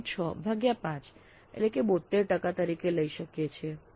6 ભાગ્યા 5 એટલે કે 72 ટકા તરીકે લઈએ છીએ